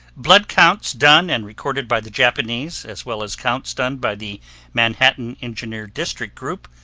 blood counts done and recorded by the japanese, as well as counts done by the manhattan engineer district group,